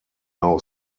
now